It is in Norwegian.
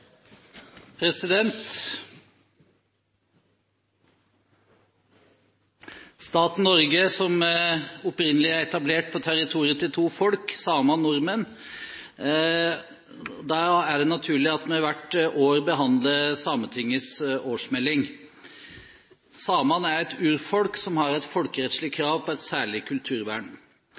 naturlig at vi hvert år behandler Sametingets årsmelding. Samene er et urfolk som har et folkerettslig krav på et særlig kulturvern.